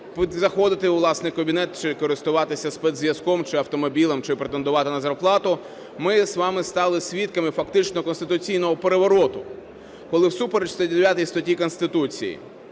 заходити у власний кабінет чи користуватися спецзв'язком, чи автомобілем, чи претендувати на зарплату, ми з вами стали свідками фактично конституційного перевороту, коли всупереч 109 статті Конституції